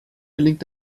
gelingt